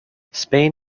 spain